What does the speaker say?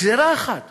גזרה אחת